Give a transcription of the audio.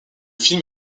film